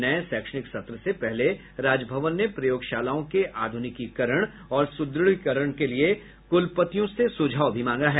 नये शैक्षणिक सत्र से पहले राजभवन ने प्रयोगशालाओं के आधुनिकीकरण और सुद्रढ़ीकरण के लिए कुलपतियों से सुझाव भी मांगा है